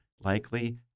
likely